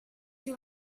you